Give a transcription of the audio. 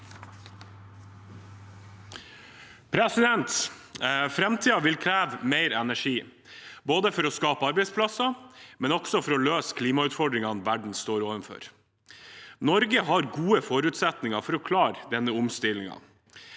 Framtiden vil kreve mer energi både for å skape arbeidsplasser og også for å løse klimautfordringene verden står overfor. Norge har gode forutsetninger for å klare denne omstillingen.